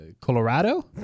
Colorado